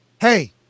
hey